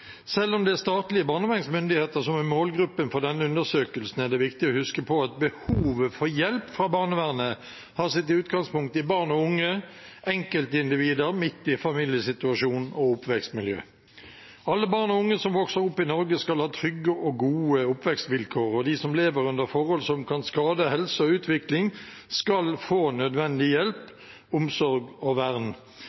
Selv om det er statlige barnevernsmyndigheter som er målgruppen for denne undersøkelsen, er det viktig å huske på at behovet for hjelp fra barnevernet har sitt utgangspunkt i barn og unge, enkeltindivider midt i en familiesituasjon og oppvekstmiljø. Alle barn og unge som vokser opp i Norge, skal ha trygge og gode oppvekstvilkår, og de som lever under forhold som kan skade helse og utvikling, skal få nødvendig hjelp,